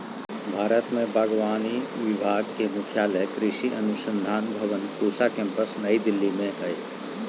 भारत में बागवानी विभाग के मुख्यालय कृषि अनुसंधान भवन पूसा केम्पस नई दिल्ली में हइ